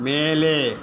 மேலே